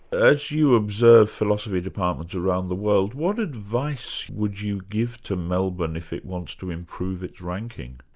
as you observe philosophy departments around the world, what advice would you give to melbourne if it wants to improve its ranking?